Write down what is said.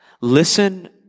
Listen